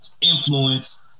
Influence